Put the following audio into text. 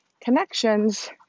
connections